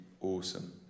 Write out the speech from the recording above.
awesome